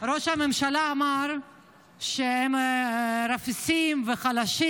ראש הממשלה אמר שהם רופסים וחלשים.